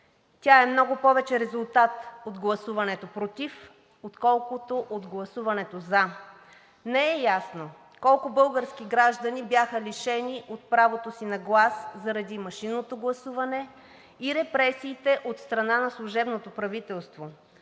Тя е много повече резултат от гласуването „против“, отколкото от гласуването „за“. Не е ясно колко български граждани бяха лишени от правото си на глас заради машинното гласуване и репресиите от страна на служебното правителство.